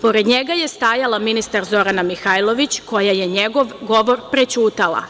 Pored njega je stajala ministar Zorana Mihajlović, koja je njegov govor prećutala.